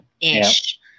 ish